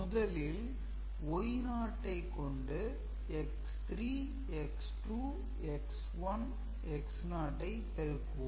முதலில் Y0 ஐக் கொண்டு X3 X2 X1 X0 ஐ பெருக்குவோம்